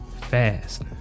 fast